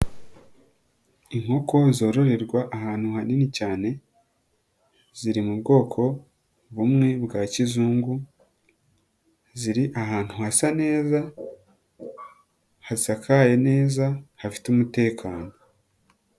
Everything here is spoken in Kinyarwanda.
Inkoko zoroherwa ahantu hanini cyane, ziri mu bwoko bumwe bwa kizungu, ziri ahantu hasa neza, hasakaye neza, hafite umutekano.